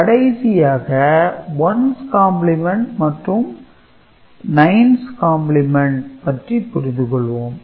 கடைசியாக 1's complement மற்றும் 9's complement பற்றி புரிந்து கொள்வோம்